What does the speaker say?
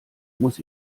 muss